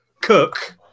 Cook